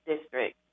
district